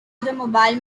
automobile